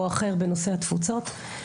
או אחר בנושא התפוצות,